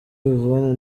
yvonne